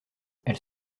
elles